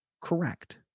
correct